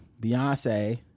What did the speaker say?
Beyonce